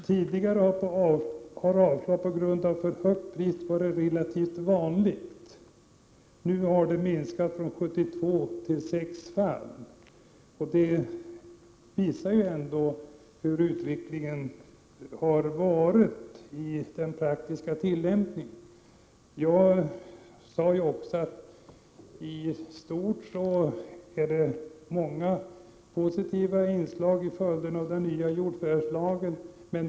Tidigare har avslag på grund av för högt pris varit relativt vanliga. Nu har de minskat från 72 till 6 fall. Detta visar ju ändå hur utvecklingen har varit i den praktiska tillämpningen. Jag sade också att vi har fått många positiva inslag som en följd av den nya jordförvärvslagen.